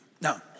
now